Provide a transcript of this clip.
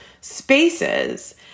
spaces